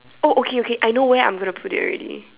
oh okay okay I know where I'm going to put it already